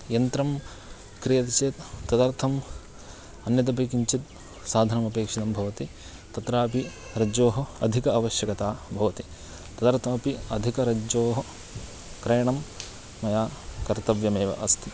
यन्त्रं क्रियते चेत् तदर्थम् अन्यदपि किञ्चित् साधनमपेक्षितं भवति तत्रापि रज्जोः अधिक आवश्यकता भवति तदर्थमपि अधिकरज्जोः क्रयणं मया कर्तव्यमेव अस्ति